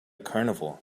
carnival